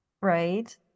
right